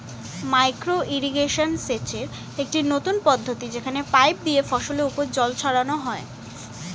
micro irrigation সেচের একটি নতুন পদ্ধতি যেখানে পাইপ দিয়ে ফসলের উপর জল ছড়ানো হয়